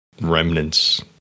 remnants